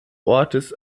ortes